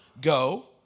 go